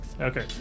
Okay